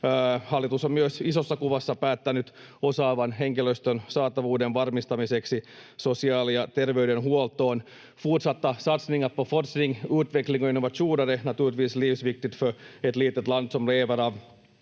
Hallitus on myös isossa kuvassa päättänyt osaavan henkilöstön saatavuuden varmistamisesta sosiaali- ja terveydenhuoltoon. Fortsatta satsningar på forskning, utveckling och innovationer är naturligtvis livsviktigt